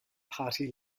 party